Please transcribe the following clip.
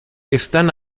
están